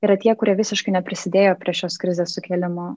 yra tie kurie visiškai neprisidėjo prie šios krizės sukėlimo